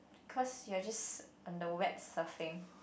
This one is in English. cause you are just on the web surfing